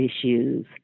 issues